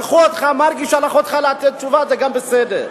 שלחו אותך, מרגי שלח אותך לתת תשובה, זה גם בסדר.